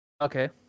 Okay